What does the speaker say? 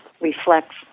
reflects